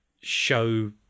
show